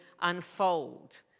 unfold